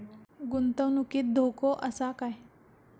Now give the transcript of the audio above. गुंतवणुकीत धोको आसा काय?